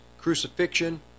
crucifixion